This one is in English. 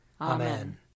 Amen